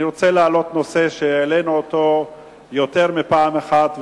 אני רוצה להעלות נושא שהעלינו יותר מפעם אחת,